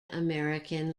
american